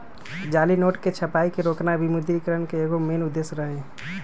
जाली नोट के छपाई के रोकना विमुद्रिकरण के एगो मेन उद्देश्य रही